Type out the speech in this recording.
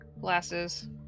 glasses